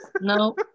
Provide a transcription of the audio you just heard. No